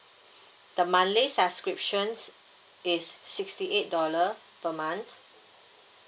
the monthly subscription is sixty eight dollar per month